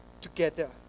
together